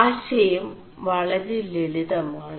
ആശയം വളെര ലളിതമാണ്